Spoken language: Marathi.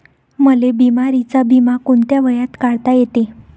मले बिमारीचा बिमा कोंत्या वयात काढता येते?